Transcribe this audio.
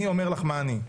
אני אומר לך מה אני.